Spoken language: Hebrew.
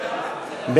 נתקבל.